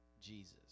Jesus